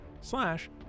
slash